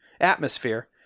atmosphere